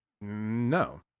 no